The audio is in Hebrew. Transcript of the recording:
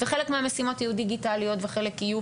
חלק מהמשימות יהיו דיגיטליות וחלק יהיו